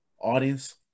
Audience